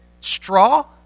straw